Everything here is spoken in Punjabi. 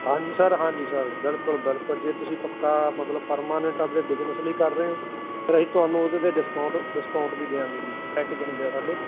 ਹਾਂਜੀ ਸਰ ਹਾਂਜੀ ਸਰ ਬਿਲਕੁਲ ਬਿਲਕੁਲ ਜੇ ਤੁਸੀਂ ਪੱਕਾ ਮਤਲਬ ਪਰਮਾਨੈਂਟ ਆਪਣੇ ਬਿਜ਼ਨਸ ਲਈ ਕਰ ਰਹੇ ਹੋ ਤਾਂ ਅਸੀਂ ਤੁਹਾਨੂੰ ਉਹਦੇ 'ਤੇ ਡਿਸਕਾਊਂਟ ਡਿਸਕਾਊਂਟ ਵੀ ਦਿਆਂਗੇ ਜੀ ਪੈਕਜ ਹੁੰਦੇ ਆ ਸਾਡੇ